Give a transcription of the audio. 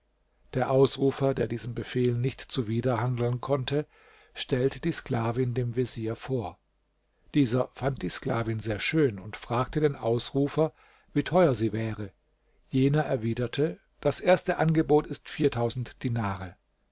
der ausrufer der diesem befehl nicht zuwiderhandeln konnte stellte die sklavin dem vezier vor dieser fand die sklavin sehr schön und fragte den ausrufer wie teuer sie wäre jener erwiderte das erste angebot ist dinare